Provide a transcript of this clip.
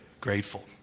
grateful